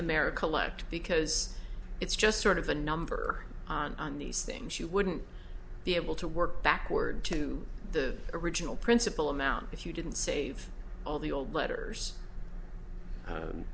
america left because it's just sort of a number on these things you wouldn't be able to work backward to the original principal amount if you didn't save all the old letters